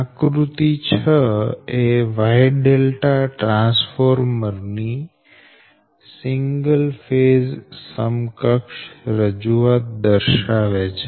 આકૃતિ 6 એ Y transformer ની સિંગલ ફેઝ સમકક્ષ રજૂઆત દર્શાવે છે